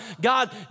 God